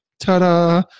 ta-da